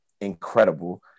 Incredible